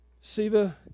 Siva